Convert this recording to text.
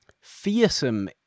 fearsome